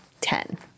ten